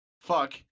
Fuck